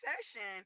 session